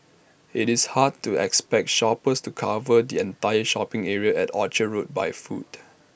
IT is hard to expect shoppers to cover the entire shopping area at Orchard road by foot